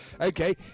okay